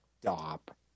stop